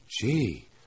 Gee